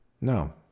No